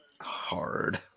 Hard